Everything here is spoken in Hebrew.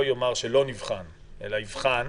לא יאמר שזה לא נבחן אלא יבחן